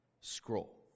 scroll